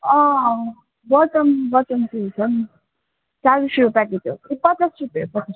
अँ बटम बटमको उयो छ नि चालिस रुपियाँ प्याकिट हो कि पचास रुपियाँ हो पचास रुपियाँ